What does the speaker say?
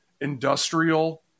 industrial